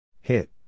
Hit